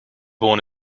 born